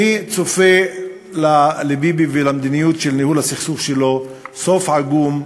אני צופה לביבי ולמדיניות של ניהול הסכסוך שלו סוף עגום,